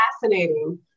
fascinating